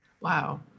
Wow